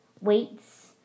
weights